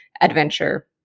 adventure